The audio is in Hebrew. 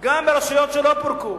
גם ברשויות שלא פורקו.